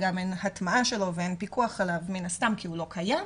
גם אין הטמעה שלו ואין פיקוח עליו מן הסתם כי הוא לא קיים,